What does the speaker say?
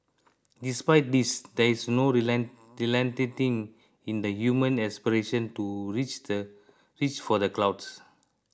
despite this there is no relenting in the human aspiration to reach the reach for the clouds